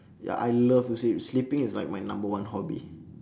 ya I love to sleep sleeping is like my number one hobby